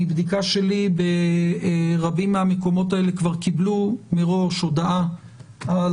מבדיקה שלי רבים מהמקומות האלה כבר קיבלו מראש הודעה על